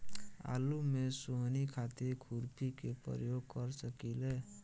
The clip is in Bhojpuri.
आलू में सोहनी खातिर खुरपी के प्रयोग कर सकीले?